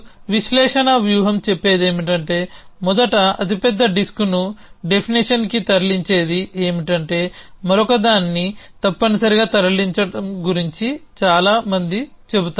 మరియు విశ్లేషణ వ్యూహం చెప్పేదేమిటంటే మొదట అతిపెద్ద డిస్క్ను డెఫినిషన్కి తరలించేది ఏమిటంటే మరొకదాన్ని తప్పనిసరిగా తరలించడం గురించి చాలా మంది చెబుతారు